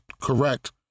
correct